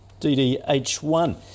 DDH1